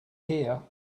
here